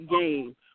game